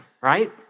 Right